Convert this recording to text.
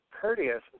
courteous